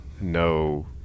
No